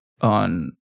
on